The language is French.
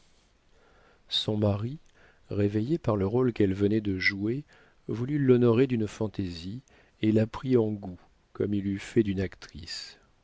son mari réveillé par le rôle qu'elle venait de jouer voulut l'honorer d'une fantaisie et la prit en goût comme il eût fait d'une actrice